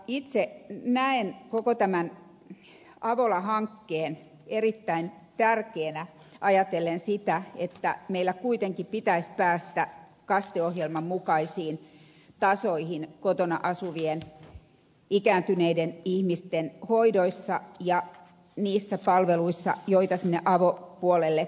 itse näen koko tämän avola hankkeen erittäin tärkeänä ajatellen sitä että meillä kuitenkin pitäisi päästä kaste ohjelman mukaisiin tasoihin kotona asuvien ikääntyneiden ihmisten hoidoissa ja niissä palveluissa joita sinne avopuolelle viedään